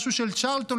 משהו שצ'רלטון,